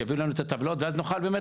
שיביאו לנו את הטבלאות ואז נוכל באמת